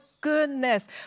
goodness